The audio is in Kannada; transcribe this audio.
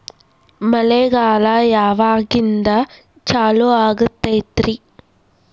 ಮಳೆಗಾಲ ಯಾವಾಗಿನಿಂದ ಚಾಲುವಾಗತೈತರಿ?